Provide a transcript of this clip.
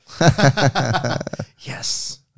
yes